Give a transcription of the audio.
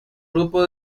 grupo